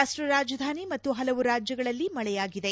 ರಾಷ್ಷ ರಾಜಧಾನಿ ಮತ್ತು ಹಲವು ರಾಜ್ಲಗಳಲ್ಲಿ ಮಳೆಯಾಗಿದೆ